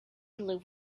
live